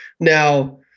Now